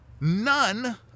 none